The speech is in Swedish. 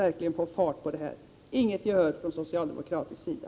För dessa förslag har vi inte fått något gehör från socialdemokratisk sida.